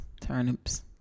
turnips